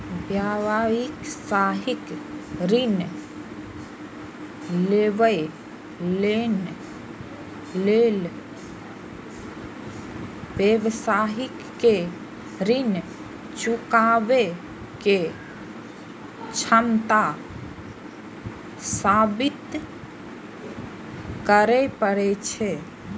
व्यावसायिक ऋण लेबय लेल व्यवसायी कें ऋण चुकाबै के क्षमता साबित करय पड़ै छै